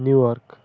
New York